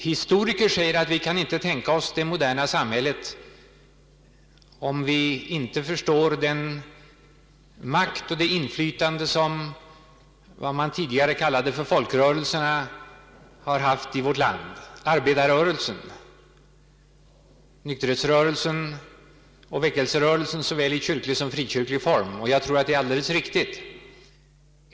Historiker säger att vi inte kan tänka oss det moderna samhället om vi inte förstår den makt och det inflytande som vad man tidigare kallade för folkrörelserna har haft i vårt land — arbetarrörelsen, nykterhetsrörelsen och väckelserörelsen såväl i kyrklig som i frikyrklig form — och jag tror att det är alldeles riktigt.